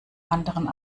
anderen